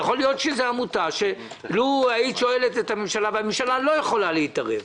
יכול להיות שזו עמותה שאילו שאלת את הממשלה והממשלה לא יכולה להתערב,